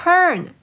Turn